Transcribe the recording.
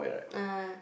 uh